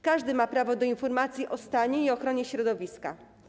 Każdy ma prawo do informacji o stanie i ochronie środowiska.